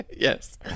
Yes